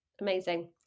Amazing